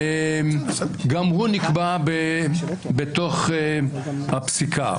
גם הוא נקבע בתוך הפסיקה.